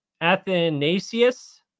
Athanasius